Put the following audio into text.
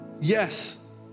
Yes